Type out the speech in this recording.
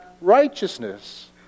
righteousness